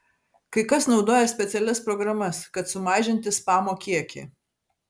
kai kas naudoja specialias programas kad sumažinti spamo kiekį